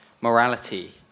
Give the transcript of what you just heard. morality